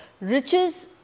Riches